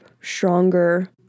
stronger